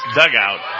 dugout